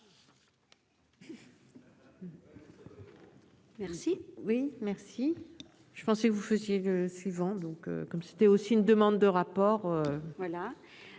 Merci,